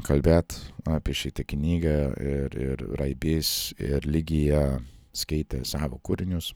kalbėt apie šitą knygą ir ir raibys ir ligija skaitė savo kūrinius